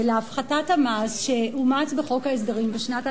להפחתת המס שאומץ בחוק ההסדרים בשנת 2009?